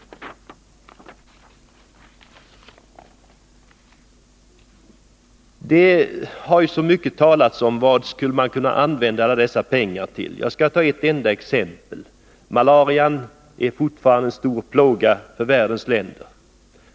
Det har talats mycket om vad man skulle kunna använda alla dessa pengar till. Jag skall ta ett enda exempel. Malarian är fortfarande en stor plåga för världens länder.